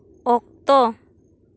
ᱚᱠᱛᱚ